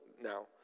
now